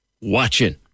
watching